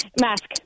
Mask